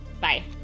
Bye